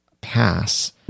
pass